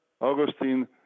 Augustine